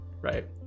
right